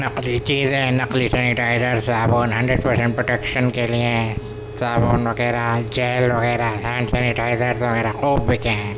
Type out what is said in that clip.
نقلی چیزیں نقلی سینیٹائزرس صابن ہنڈریڈ پرسینٹ پروٹیکشن کے لیے صابن وغیرہ جیل وغیرہ ہینڈ سینٹائزرس وغیرہ خوب بکے ہیں